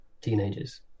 teenagers